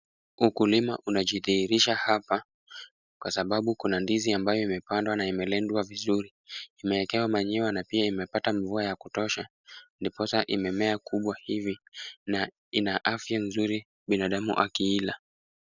Ukulima unajidhihirisha hapa kwasababu kuna ndizi ambayo imepandwa na imelindwa vizuri. Imeekewa manure na pia imepata mvua ya kutosha ndiposa imemea kubwa hivi na ina afya nzuri binadamu akiila